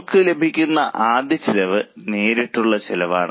നമുക്ക് ലഭിക്കുന്ന ആദ്യ ചെലവ് നേരിട്ടുള്ള ചെലവാണ്